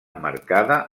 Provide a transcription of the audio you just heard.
emmarcada